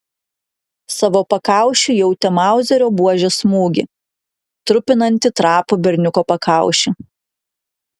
savo pakaušiu jautė mauzerio buožės smūgį trupinantį trapų berniuko pakaušį